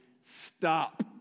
stop